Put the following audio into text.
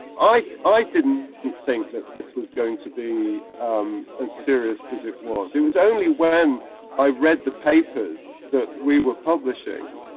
i i didn't think that this was going to be as serious as it was. it was only when i read the papers that we were publishing.